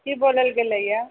की बदलि गेलैए